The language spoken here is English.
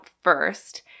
first